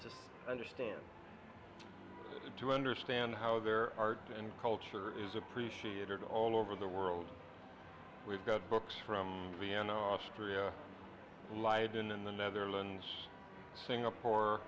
to understand to understand how their art and culture is appreciated all over the world we've got books from vienna austria lived in in the netherlands singapore